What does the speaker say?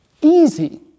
easy